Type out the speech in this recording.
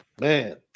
man